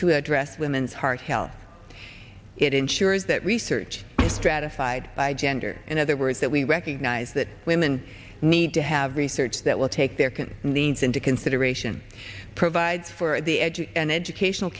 to address women's heart health it ensures that research stratified by gender in other words that we recognize that women need to have research that will take their can from these into consideration provide for the edge of an educational